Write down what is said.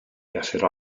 gellir